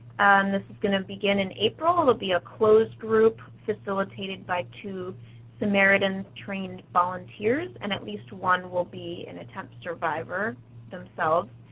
this is going to begin in april. it will be a closed group facilitated by two samaritan-trained volunteers. and at least one will be an attempt survivor themselves.